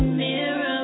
mirror